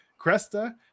Cresta